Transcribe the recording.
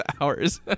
hours